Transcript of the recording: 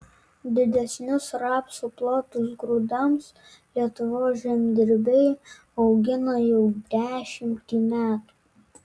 didesnius rapsų plotus grūdams lietuvos žemdirbiai augina jau dešimtį metų